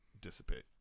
dissipate